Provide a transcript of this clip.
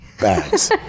bags